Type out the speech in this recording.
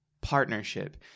Partnership